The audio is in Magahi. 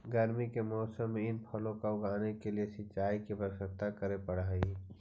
गर्मी के मौसम में इन फलों को उगाने के लिए सिंचाई की व्यवस्था करे पड़अ हई